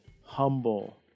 humble